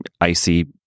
icy